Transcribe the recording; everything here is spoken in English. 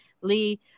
Lee